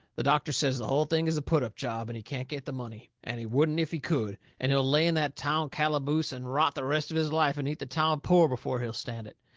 the doctor says the hull thing is a put-up job, and he can't get the money, and he wouldn't if he could, and he'll lay in that town calaboose and rot the rest of his life and eat the town poor before he'll stand it.